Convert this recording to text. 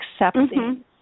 accepting